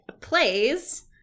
plays